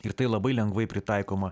ir tai labai lengvai pritaikoma